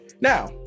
now